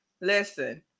Listen